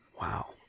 Wow